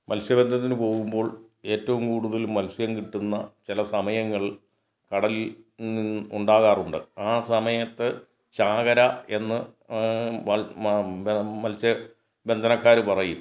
മത്സ്യബന്ധനത്തിന് പോകുമ്പോൾ ഏറ്റവും കൂടുതൽ മത്സ്യം കിട്ടുന്ന ചില സമയങ്ങൾ കടലിൽ ഉണ്ടാകാറുണ്ട് ആ സമയത്ത് ചാകര എന്ന് മ മ മത്സ്യബന്ധനക്കാർ പറയും